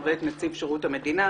רישום סעיף מגדר של טרנסג'נדרים,